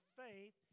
faith